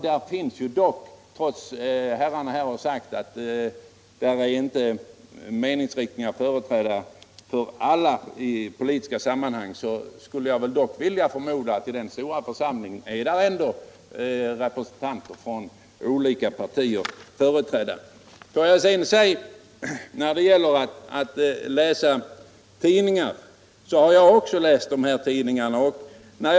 Trots att herrarna har sagt att alla partier inte är representerade i alla dessa sammanhang, tror jag ändå att det är fallet i denna stora församling. Jag har också läst de tidningar som citerats. Jag hart.ex.